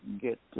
get